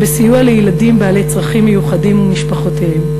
בסיוע לילדים בעלי צרכים מיוחדים ומשפחותיהם.